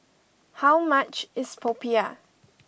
how much is Popiah